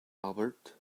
albert